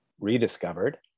rediscovered